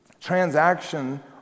transaction